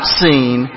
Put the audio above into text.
seen